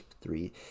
Three